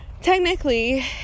technically